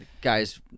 Guys